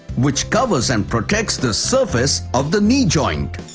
which covers and protects the surface of the knee joint.